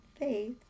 faith